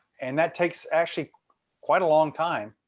and that takes actually quite a long time